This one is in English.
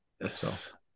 Yes